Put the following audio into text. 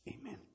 Amen